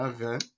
Okay